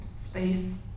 space